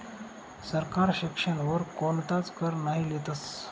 सरकार शिक्षण वर कोणताच कर नही लेतस